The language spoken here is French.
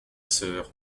soeur